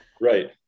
right